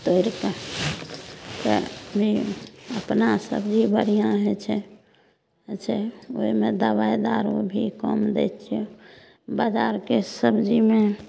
तोड़िके अपना सबजी बढ़िआँ होइ छै होइ छै ओहिमे दबाइ दारू भी कम दै छियै बजारके सबजीमे